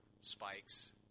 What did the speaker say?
spikes